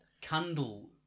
candle